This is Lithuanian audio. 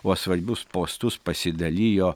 o svarbius postus pasidalijo